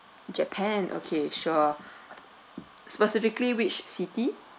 japan okay sure specifically which city